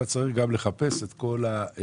אתה צריך גם לחפש את כל הדברים.